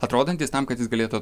atrodantys tam kad jis galėtų